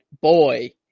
boy